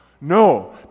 No